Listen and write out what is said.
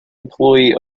employee